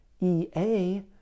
ea